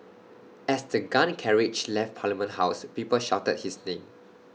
as the gun carriage left parliament house people shouted his name